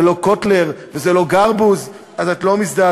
זה לא קוטלר וזה לא גרבוז, אז את לא מזדעזעת.